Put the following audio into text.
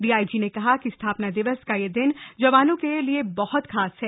DIG ने कहा कि स्थापना दिवस का यह दिन जवानों के लिए बहत खास होता है